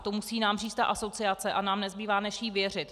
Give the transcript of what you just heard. To nám musí říct ta asociace a nám nezbývá, než jí věřit.